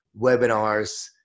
webinars